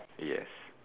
yes